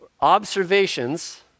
observations